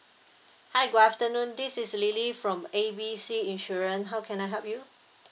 hi good afternoon this is lily from A B C insurance how can I help you